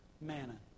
manna